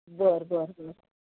बरं बरं बरं